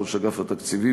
ראש אגף התקציבים,